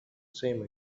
same